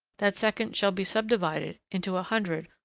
that second shall be subdivided into a hundred,